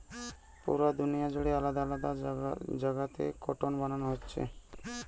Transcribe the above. পুরা দুনিয়া জুড়ে আলাদা আলাদা জাগাতে কটন বানানা হচ্ছে